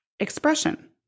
Expression